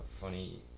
funny